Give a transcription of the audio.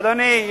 אדוני,